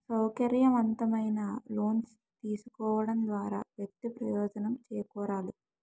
సౌకర్యవంతమైన లోన్స్ తీసుకోవడం ద్వారా వ్యక్తి ప్రయోజనం చేకూరాలి